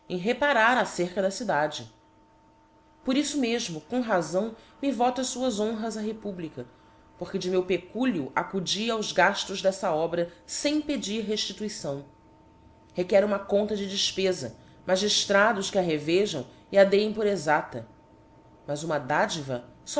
reparar a cerca da cidade por iífo me imo com razão me vota fuás honras a republica porque de meu pecúlio acudi aos gaftos deíta obra fem pedir reílituiçâo requer uma conta de defpeza magiftrados que a revejam e a dêem por exaóla mas uma dadiva